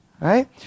Right